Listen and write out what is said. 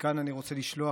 ומכאן אני רוצה לשלוח,